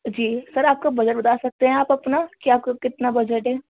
جی sir آپ کا budget بتا سکتے ہیں آپ اپنا کہ آپ کا کتنا بجٹ ہے